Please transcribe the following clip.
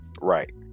Right